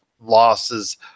losses